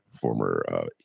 former